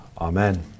Amen